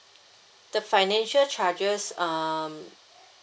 the financial charges um